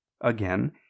again